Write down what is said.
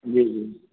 جی جی